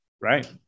Right